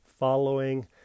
following